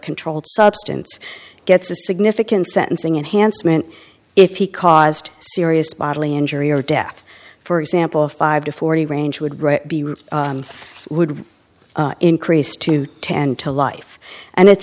controlled substance gets a significant sentencing enhanced meant if he caused serious bodily injury or death for example a five to forty range would rate be would increase to ten to life and it's